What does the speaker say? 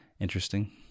interesting